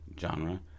genre